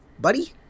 buddy